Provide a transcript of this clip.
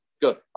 Good